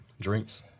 drinks